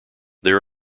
there